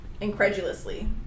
Incredulously